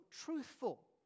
truthful